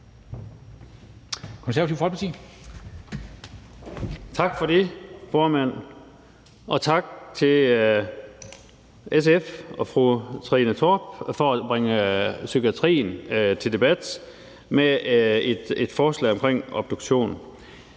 Tak for det, formand. Og tak til SF og fru Trine Torp for at bringe psykiatrien til debat med et forslag om obduktion.